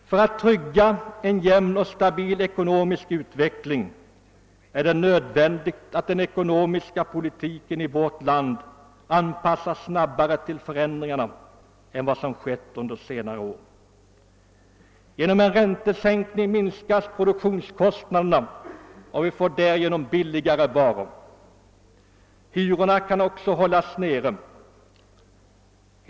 För att trygga en jämn och stabil ekonomisk utveckling är det nödvändigt att den ekonomiska politiken i vårt land anpassas snabbare till förändringarna än vad som skett under senare år. Genom en räntesänkning minskas produktionskostnaderna, och vi får därigenom billigare varor. Hyrorna kan också hållas nere.